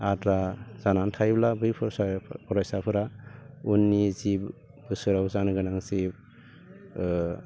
आद्रा जानानै थायोब्ला बैफोर फरायसाफोर फरायसाफोरा उननि जि बोसोराव जानोगोनां जि